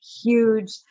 huge